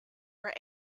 were